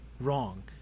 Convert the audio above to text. wrong